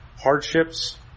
hardships